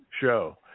show